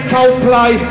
Coldplay